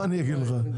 מה אני אגיד לך?